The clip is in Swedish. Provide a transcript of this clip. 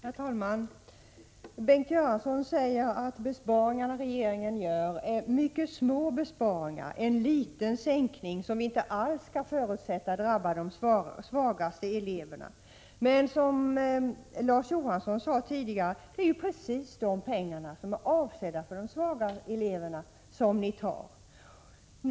Herr talman! Bengt Göransson säger att besparingarna som regeringen gör är mycket små, en liten sänkning som inte alls skall förutsättas drabba de svagaste eleverna. Men som Larz Johansson sade tidigare — det är ju precis de pengar som är avsedda för de svaga eleverna som ni tar.